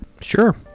Sure